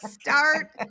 start